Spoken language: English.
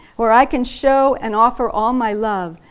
where i can show and offer all my love,